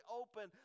open